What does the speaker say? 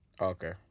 Okay